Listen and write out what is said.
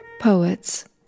poets